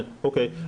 אוקיי.